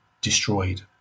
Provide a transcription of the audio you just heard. destroyed